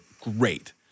great